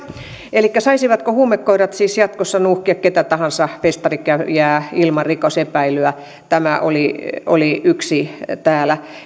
elikkä saisivatko huumekoirat siis jatkossa nuuhkia ketä tahansa festarikävijää ilman rikosepäilyä tämä oli oli yksi kysymys täällä